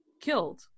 killed